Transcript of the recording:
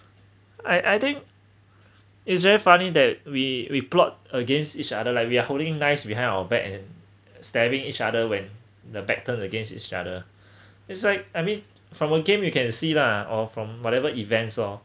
I I think is very funny that we we plot against each other lah like we are holding knives behind our back and stabbing each other when the back turn against each other it's like I mean from a game you can see lah or from whatever events lor